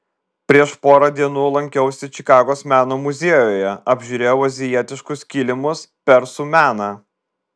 prieš porą dienų lankiausi čikagos meno muziejuje apžiūrėjau azijietiškus kilimus persų meną